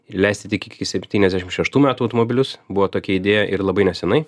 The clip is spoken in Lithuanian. leisti tik iki septyniasdešimt šeštų metų automobilius buvo tokia idėja ir labai neseniai